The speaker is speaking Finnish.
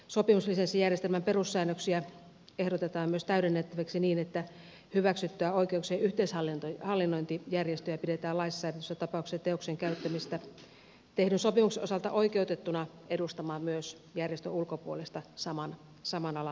sopimuslisenssijärjestelmän perussäännöksiä ehdotetaan myös täydennettäviksi niin että hyväksyttyjä oikeuksien yhteishallinnointijärjestöjä pidetään laissa säädetyissä tapauksissa teoksen käyttämisestä tehdyn sopimuksen osalta oikeutettuna edustamaan myös järjestön ulkopuolisia saman alan tekijöitä